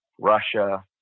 Russia